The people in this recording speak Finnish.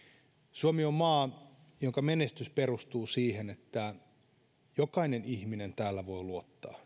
suomi on maa jonka menestys perustuu siihen että jokainen ihminen täällä voi luottaa